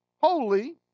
holy